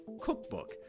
cookbook